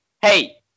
hey